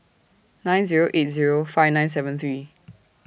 nine Zero eight Zero five nine seven three